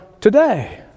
today